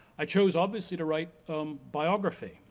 i chose obviously to write um biography.